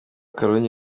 karungi